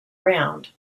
round